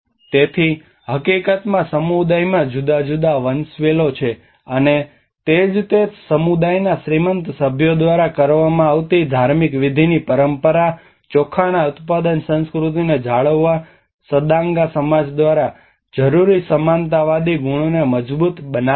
તેથી હકીકતમાંસમુદાયમાં જુદા જુદા વંશવેલો છે અને તે જ તે સમુદાયના શ્રીમંત સભ્યો દ્વારા કરવામાં આવતી ધાર્મિક વિધિની પરંપરા ચોખાના ઉત્પાદન સંસ્કૃતિને જાળવવા સદાંગા સમાજ દ્વારા જરૂરી સમાનતાવાદી ગુણોને મજબૂત બનાવે છે